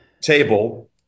table